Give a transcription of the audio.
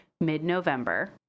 mid-November